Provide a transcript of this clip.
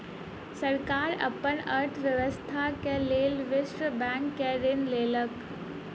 सरकार अपन अर्थव्यवस्था के लेल विश्व बैंक से ऋण लेलक